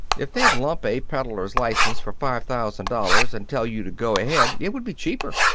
if they'd lump a peddler's license for five thousand dollars and tell you to go ahead, it would be cheaper.